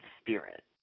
spirit